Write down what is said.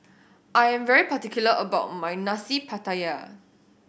I am very particular about my Nasi Pattaya